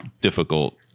difficult